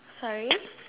sorry